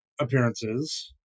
appearances